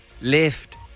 left